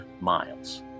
miles